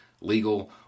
legal